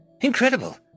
Incredible